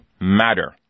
matter